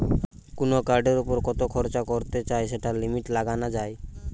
কুনো কার্ডের উপর কত খরচ করতে চাই সেটার লিমিট লাগানা যায়